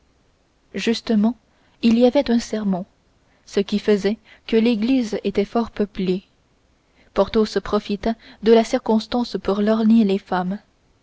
justement il y avait un sermon ce qui faisait que l'église était fort peuplée porthos profita de la circonstance pour lorgner les femmes